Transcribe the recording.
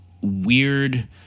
weird